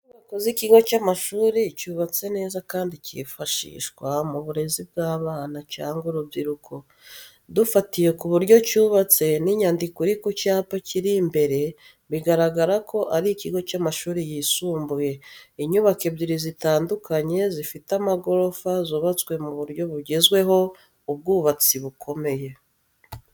Inyubako z’ikigo cy’amashuri, cyubatse neza kandi cyifashishwa mu burezi bw'abana cyangwa urubyiruko. Dufatiye ku buryo cyubatse n’inyandiko iri ku cyapa kiri imbere biragaragara ko ari ikigo cy’amashuri yisumbuye. Inyubako ebyiri zitandukanye zifite amagorofa zubatswe mu buryo bugezweho, ubwubatsi bukomeye.